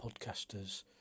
podcasters